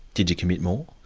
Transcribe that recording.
did you commit more?